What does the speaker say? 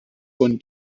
von